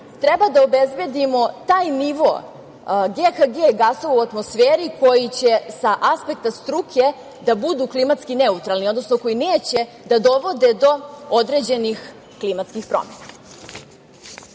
treba da obezbedimo taj nivo GHG gasova u atmosferi koji će sa aspekta struke da budu klimatski neutralni, odnosno koji neće da dovode do određenih klimatskih promena. Da